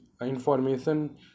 information